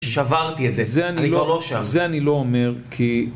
שברתי את זה, אני כבר לא שם. זה אני לא אומר, כי...